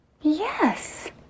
Yes